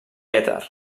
èter